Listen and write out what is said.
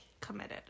Committed